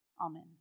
Amen